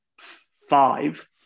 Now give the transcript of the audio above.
five